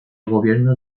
gobierno